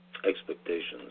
expectations